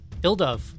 Ildov